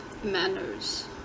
manners